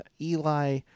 Eli